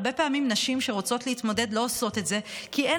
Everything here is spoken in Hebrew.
הרבה פעמים נשים שרוצות להתמודד לא עושות את זה כי אין